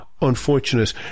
unfortunate